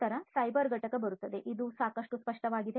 ನಂತರ ಸೈಬರ್ ಘಟಕ ಬರುತ್ತದೆ ಮತ್ತು ಇದು ಸಾಕಷ್ಟು ಸ್ಪಷ್ಟವಾಗಿದೆ